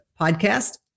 podcast